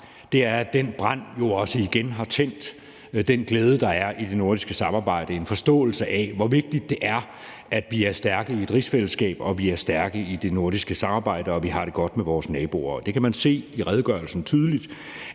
er, at den brand jo også igen har tændt den glæde, der er i det nordiske samarbejde. Det er med en forståelse af, hvor vigtigt det er, at vi er stærke i et rigsfællesskab, at vi er stærke i det nordiske samarbejde, og at vi har det godt med vores naboer. Det kan man se tydeligt